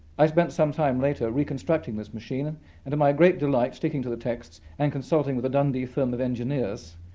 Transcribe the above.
i spent some time later reconstructing this machine and, to my great delight, sticking to the text and consulting with a dundee firm of engineers,